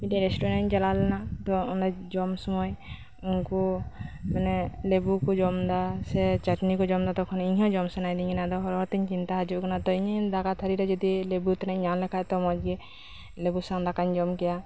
ᱢᱤᱫᱴᱮᱡ ᱨᱮᱥᱴᱩᱨᱮᱱᱴ ᱤᱧ ᱪᱟᱞᱟᱣ ᱞᱮᱱᱟ ᱚᱰᱮ ᱡᱚᱢ ᱥᱳᱢᱚᱭ ᱩᱱᱠᱩ ᱢᱟᱱᱮ ᱞᱮᱵᱩ ᱠᱚ ᱡᱚᱢ ᱮᱫᱟ ᱥᱮ ᱪᱟᱹᱴᱱᱤ ᱠᱚ ᱡᱚᱢ ᱮᱫᱟ ᱛᱚᱠᱷᱚᱱ ᱤᱧ ᱦᱚᱸ ᱡᱚᱢ ᱥᱟᱱᱟ ᱤᱫᱤᱧᱟ ᱠᱟᱱᱟ ᱛᱚᱠᱷᱚᱱ ᱦᱚᱨ ᱦᱚᱨᱛᱮᱧ ᱪᱤᱱᱛᱟ ᱦᱤᱡᱩᱜ ᱠᱟᱱᱟ ᱤᱧᱟᱹᱜ ᱫᱟᱠᱟ ᱛᱷᱟᱹᱦᱨᱤ ᱨᱮ ᱡᱩᱫᱤ ᱞᱮᱵᱩ ᱛᱮᱱᱟᱜ ᱤᱧ ᱧᱟᱢ ᱞᱮᱠᱷᱟᱱ ᱫᱚ ᱢᱚᱸᱡ ᱜᱮ ᱞᱮᱵᱩ ᱥᱟᱶ ᱫᱟᱠᱟᱹᱧ ᱡᱚᱢ ᱠᱮᱭᱟ